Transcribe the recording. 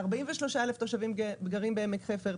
43,000 תושבים גרים בעמק חפר,